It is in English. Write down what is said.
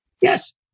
Yes